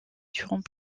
durant